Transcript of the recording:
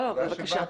בבקשה.